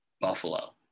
Buffalo